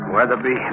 Weatherby